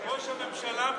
ראש הממשלה בקולו,